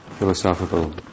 philosophical